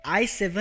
i7